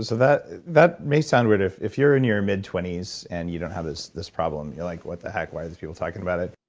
so that that may sound weird if if you're in your mid twenty s and you don't have this this problem, you're like, what the heck? why are these people talking about it?